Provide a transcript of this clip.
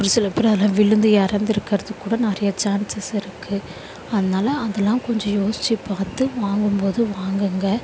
ஒரு சில பேர் அதில் விழுந்து இறந்துருக்கறதுக்கூட நிறைய சான்செஸ் இருக்குது அதனால அதெல்லாம் கொஞ்சம் யோசித்து பார்த்து வாங்கும்போது வாங்குங்க